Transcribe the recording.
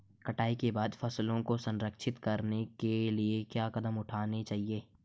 कटाई के बाद फसलों को संरक्षित करने के लिए क्या कदम उठाने चाहिए?